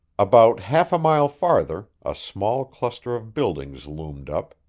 about half a mile farther, a small cluster of buildings loomed up,